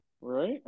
right